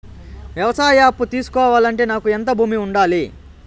వ్యవసాయ అప్పు తీసుకోవాలంటే నాకు ఎంత భూమి ఉండాలి?